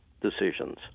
decisions